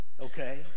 okay